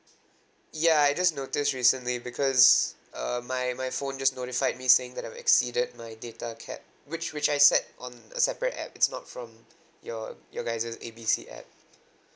ya I just noticed recently because uh my my phone just notified me saying that I've exceeded my data cap which which I set on a separate app it's not from your your guys A B C app